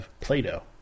Play-Doh